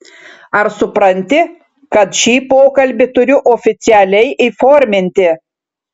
ar supranti kad šį pokalbį turiu oficialiai įforminti